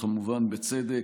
וכמובן בצדק.